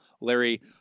Larry